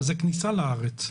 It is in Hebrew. אבל זה כניסה לארץ.